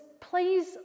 please